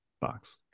box